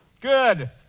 Good